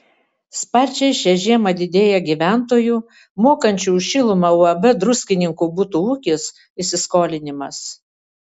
sparčiai šią žiemą didėja gyventojų mokančių už šilumą uab druskininkų butų ūkis įsiskolinimas